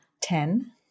Ten